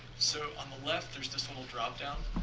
so, on the left, there's this little drop down